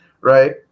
right